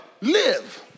live